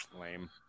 Lame